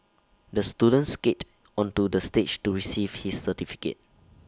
the student skated onto the stage to receive his certificate